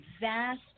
vast